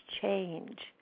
change